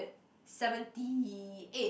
seventy eight